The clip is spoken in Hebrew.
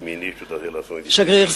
השגריר,